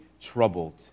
troubled